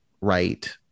right